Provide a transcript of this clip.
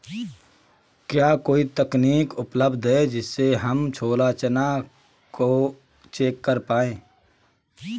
क्या कोई तकनीक उपलब्ध है जिससे हम छोला चना को चेक कर पाए?